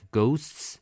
ghosts